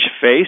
face